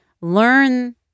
learn